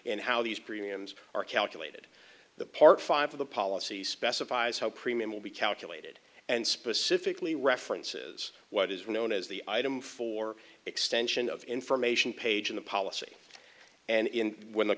in how these premiums are calculated the part five of the policy specifies how premium will be calculated and specifically references what is known as the item for extension of information page in the policy and in when the